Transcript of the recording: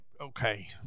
Okay